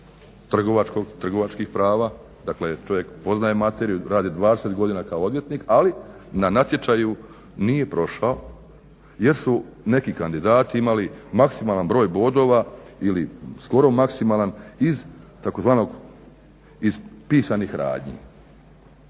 trgovačkih prava, dakle čovjek poznaje materiju, radi 20 godina kao odvjetnik ali na natječaju nije prošao jer su neki kandidati imali maksimalan broj bodova ili skoro maksimalan iz tzv. pisanih radnji.